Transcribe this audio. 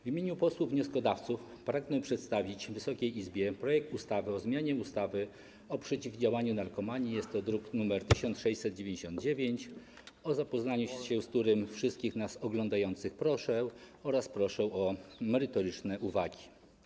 W imieniu posłów wnioskodawców pragnę przedstawić Wysokiej Izbie projekt ustawy o zmianie ustawy o przeciwdziałaniu narkomanii, druk nr 1699, o zapoznanie się z którym proszę wszystkich nas oglądających, proszę też o merytoryczne uwagi.